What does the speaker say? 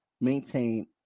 maintain